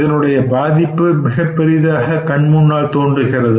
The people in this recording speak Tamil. இதனுடைய பாதிப்பு மிகப்பெரியதாக கண் முன்னால் தோன்றுகிறது